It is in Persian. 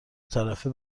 طرفه